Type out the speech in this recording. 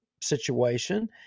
situation